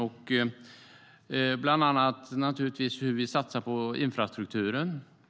Det gäller bland annat satsningar på infrastrukturen.